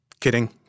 Kidding